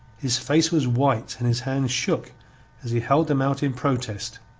his face was white and his hands shook as he held them out in protest.